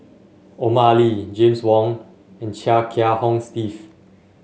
Omar Ali James Wong and Chia Kiah Hong Steve